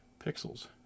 pixels